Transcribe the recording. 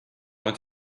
want